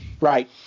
right